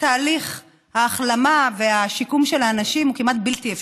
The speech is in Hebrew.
תהליך ההחלמה והשיקום של האנשים היא כמעט בלתי אפשרית.